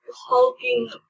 hulking